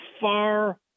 far